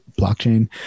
blockchain